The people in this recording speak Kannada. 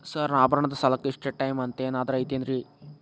ಸರ್ ಆಭರಣದ ಸಾಲಕ್ಕೆ ಇಷ್ಟೇ ಟೈಮ್ ಅಂತೆನಾದ್ರಿ ಐತೇನ್ರೇ?